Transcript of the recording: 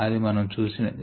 అది మనము చూసినది